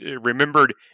remembered